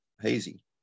hazy